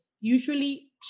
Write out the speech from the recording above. Usually